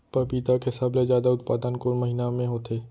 पपीता के सबले जादा उत्पादन कोन महीना में होथे?